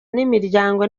n’imiryango